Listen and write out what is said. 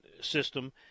system